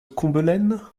combelaine